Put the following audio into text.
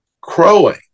crowing